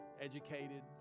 educated